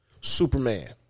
Superman